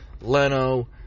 Leno